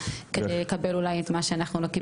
כדי לקבל אולי את מה שאנחנו לא קיבלנו.